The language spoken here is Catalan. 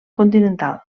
continental